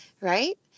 right